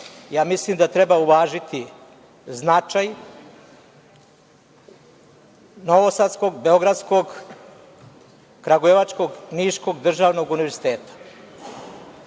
Mislim da treba uvažiti značaj Novosadskog, Beogradskog, Kragujevačkog, Niškog državnog univerziteta. Treće,